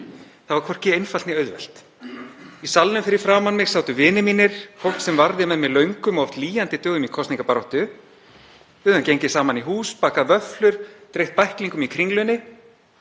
Það var hvorki einfalt né auðvelt. Í salnum fyrir framan mig sátu vinir mínir, fólk sem varði með mér löngum og oft lýjandi dögum í kosningabaráttu. Við höfðum gengið saman í hús, bakað vöflur, dreift bæklingum í Kringlunni,